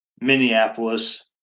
Minneapolis